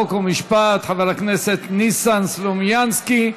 חוק ומשפט חבר הכנסת ניסן סלומינסקי.